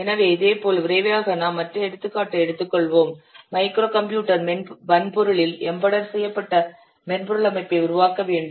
எனவே இதேபோல் விரைவாக நாம் மற்ற எடுத்துக்காட்டை எடுத்துக்கொள்வோம் மைக்ரோ கம்ப்யூட்டர் வன்பொருளில் எம்பெடெட் செய்யப்பட்ட மென்பொருள் அமைப்பை உருவாக்க வேண்டும்